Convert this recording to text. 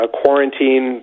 quarantine